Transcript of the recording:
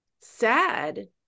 sad